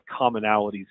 commonalities